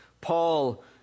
Paul